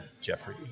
Jeffrey